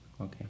Okay